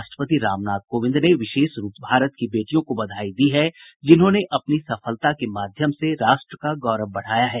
राष्ट्रपति रामनाथ कोविंद ने विशेष रूप से भारत की बेटियों को बधाई दी है जिन्होंने अपनी सफलता के माध्यम से राष्ट्र का गौरव बढ़ाया है